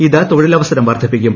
ഇത് തൊഴിലവസരം വർദ്ധിപ്പിക്കും